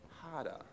harder